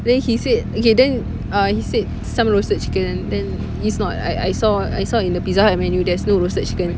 then he said okay then uh he said some roasted chicken then it's not I I saw I saw in the Pizza Hut menu there's no roasted chicken